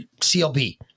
clb